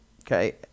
okay